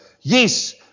Yes